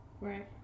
right